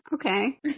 Okay